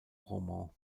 roman